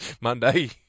Monday